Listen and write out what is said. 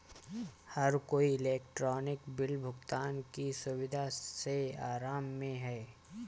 हर कोई electronic bill भुगतान की सुविधा से आराम में है